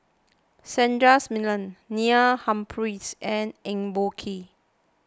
Sundaresh Menon Neil Humphreys and Eng Boh Kee